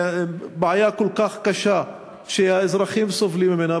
בעיה כל כך קשה שהאזרחים סובלים ממנה,